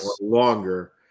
longer